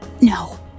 No